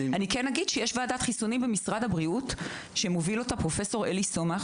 אומר שיש ועדת חיסונים במשרד הבריאות שמוביל אותה פרופסור אלי סומך